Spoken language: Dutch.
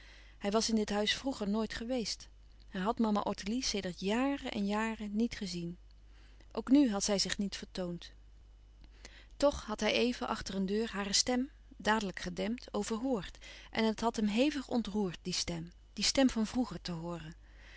hij was in dit huis vroeger nooit geweest hij had mama ottilie sedert jàren en jàren net gezien ook nu had zij zich niet louis couperus van oude menschen de dingen die voorbij gaan vertoond toch had hij even achter een deur hare stem dadelijk gedempt overhoord en het had hem hevig ontroerd die stem die stem van vroeger te hooren